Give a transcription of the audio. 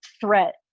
threat